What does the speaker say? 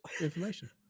information